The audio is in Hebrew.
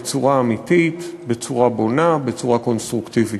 בצורה אמיתית, בצורה בונה, בצורה קונסטרוקטיבית.